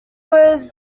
was